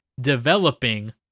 developing